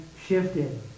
shifted